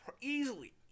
Easily